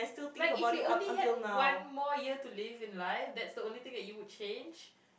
like if you only had one more year to live in life that's the only thing that you would change